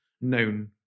known